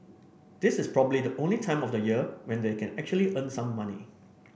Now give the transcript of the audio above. this is probably the only time of the year when they can actually earn some money